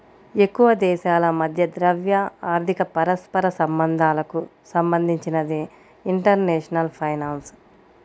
ఎక్కువదేశాల మధ్య ద్రవ్య, ఆర్థిక పరస్పర సంబంధాలకు సంబంధించినదే ఇంటర్నేషనల్ ఫైనాన్స్